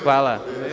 Hvala.